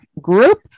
group